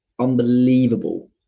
unbelievable